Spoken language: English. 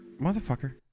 motherfucker